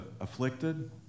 afflicted